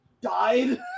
died